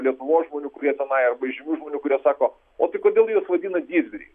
lietuvos žmonių kurie tenai arba įžymių žmonių kurie sako o tai kodėl juos vadina didvyriai